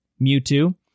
mewtwo